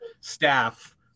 staff